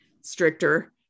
stricter